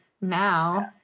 now